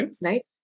Right